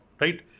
right